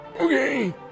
Okay